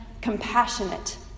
Compassionate